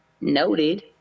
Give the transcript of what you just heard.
noted